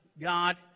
God